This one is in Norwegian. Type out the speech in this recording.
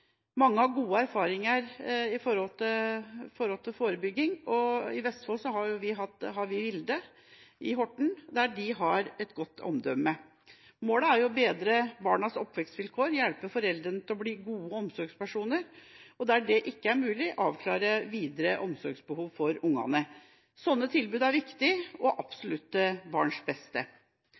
Mange har gode erfaringer i forhold til forebygging. I Vestfold har vi Vilde, i Horten, der de har et godt omdømme. Målet er å bedre barnas oppvekstvilkår, hjelpe foreldrene til å bli gode omsorgspersoner og – der det ikke er mulig – avklare videre omsorgsbehov for ungene. Sånne tilbud er viktige og absolutt til barns beste.